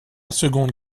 seconde